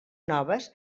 noves